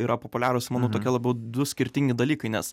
yra populiarios manau tokie labiau du skirtingi dalykai nes